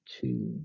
two